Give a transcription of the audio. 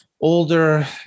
older